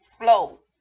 flow